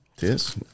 Yes